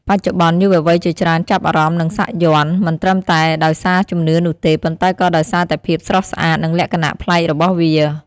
បច្ចុប្បន្ន យុវវ័យជាច្រើនចាប់អារម្មណ៍នឹងសាក់យ័ន្ត មិនត្រឹមតែដោយសារជំនឿនោះទេ ប៉ុន្តែក៏ដោយសារតែភាពស្រស់ស្អាត និងលក្ខណៈប្លែករបស់វា។